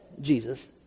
Jesus